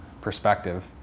perspective